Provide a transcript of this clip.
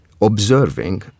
observing